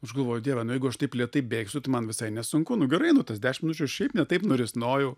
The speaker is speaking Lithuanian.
aš galvoju dieve nu jeigu aš taip lėtai bėgsiu tai man visai ir nesunku nu gerai nu tas dešim minučių aš šiaip ne taip nurisnojau